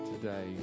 today